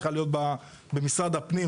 צריכה להיות במשרד הפנים,